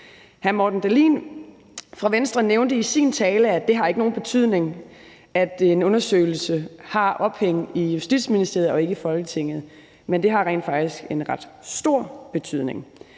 Hr. Morten Dahlin fra Venstre nævnte i sin tale, at det ikke har nogen betydning, at en undersøgelse har ophæng i Justitsministeriet og ikke i Folketinget, men det har rent faktisk en ret stor betydning.